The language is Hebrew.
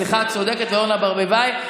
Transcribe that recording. סליחה, את צודקת, ואורנה ברביבאי.